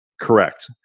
Correct